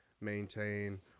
maintain